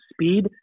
speed